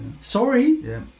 Sorry